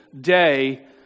day